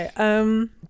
Okay